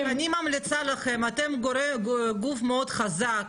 אני ממליצה לכם, אתם גוף מאוד חזק,